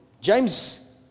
James